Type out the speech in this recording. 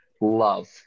love